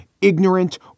ignorant